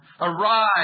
Arise